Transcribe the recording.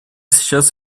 сейчас